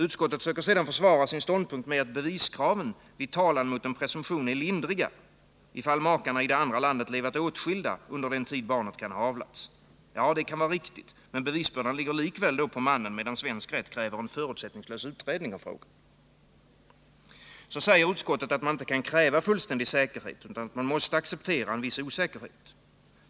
Utskottet söker sedan försvara sin ståndpunkt med att beviskraven vid talan mot en presumtion är lindriga, ifall makarna i det andra landet levat åtskilda under den tid barnet kan ha avlats. Ja, det kan vara riktigt, men bevisbördan ligger då likväl på mannen, medan svensk rätt kräver en förutsättningslös utredning av frågan. Sedan säger utskottet att man inte kan kräva fullständig säkerhet utan att man måste acceptera en viss osäkerhet.